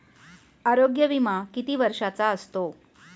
आरोग्य विमा किती वर्षांचा असतो?